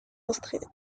autriche